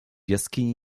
jaskini